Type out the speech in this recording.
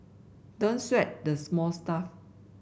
don't sweat the small stuff